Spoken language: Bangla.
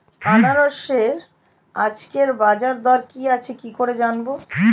আনারসের আজকের বাজার দর কি আছে কি করে জানবো?